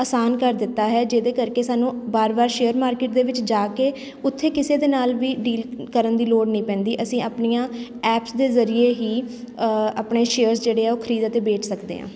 ਅਸਾਨ ਕਰ ਦਿੱਤਾ ਹੈ ਜਿਹਦੇ ਕਰਕੇ ਸਾਨੂੰ ਵਾਰ ਵਾਰ ਸ਼ੇਅਰ ਮਾਰਕੀਟ ਦੇ ਵਿੱਚ ਜਾ ਕੇ ਉੱਥੇ ਕਿਸੇ ਦੇ ਨਾਲ ਵੀ ਡੀਲ ਕਰਨ ਦੀ ਲੋੜ ਨਹੀਂ ਪੈਂਦੀ ਅਸੀਂ ਆਪਣੀਆਂ ਐਪਸ ਦੇ ਜ਼ਰੀਏ ਹੀ ਆਪਣੇ ਸ਼ੇਅਰ ਜਿਹੜੇ ਹੈ ਉਹ ਖਰੀਦ ਅਤੇ ਵੇਚ ਸਕਦੇ ਹਾਂ